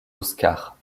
oscars